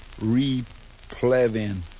Replevin